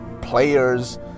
players